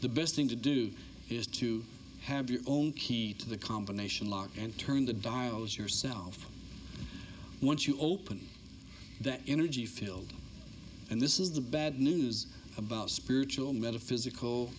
the best thing to do is to have your own pee to the combination lock and turn the dials yourself once you open that energy field and this is the bad news about spiritual metaphysical